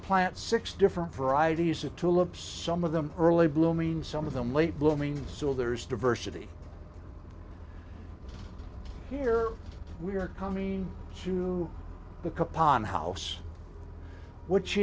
plant six different varieties of tulips some of them early bloom means some of them late blooming so there is diversity here we are coming to the kapan house which